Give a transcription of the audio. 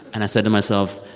and i said to myself,